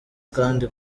kandi